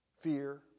fear